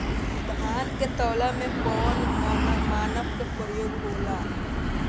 धान के तौल में कवन मानक के प्रयोग हो ला?